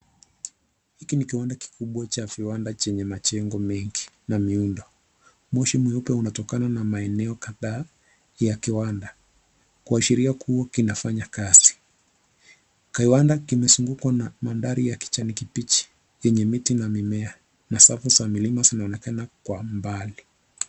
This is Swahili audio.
Hiki ni kiwanda kikubwa cha viwanda chenye majengo mengi na miundo. Moshi mweupe unatokana na maeneo kadhaa ya viwanda kuashiria kuwa kinafanya kazi. Kiwanda kimezungukwa na mandhari ya kijani kibichi yenye miti na mimea na safu za milima zinaonekana kwa mbali.